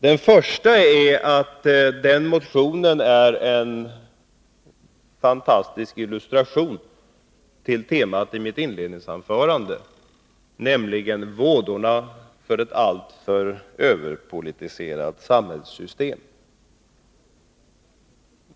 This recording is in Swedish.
Den första är att motionen är en god illustration till temat i mitt inledningsanförande, nämligen vådorna av ett överpolitiserat samhällssystem.